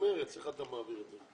תקנות מס רכוש וקרן פיצויים,